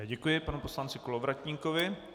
Já děkuji panu poslanci Kolovratníkovi.